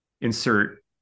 insert